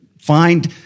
find